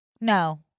No